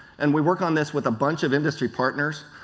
and we work on this with a bunch of industry partners,